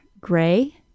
gray